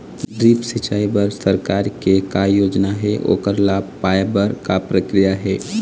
Drip सिचाई बर सरकार के का योजना हे ओकर लाभ पाय बर का प्रक्रिया हे?